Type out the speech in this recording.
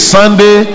Sunday